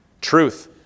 Truth